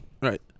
right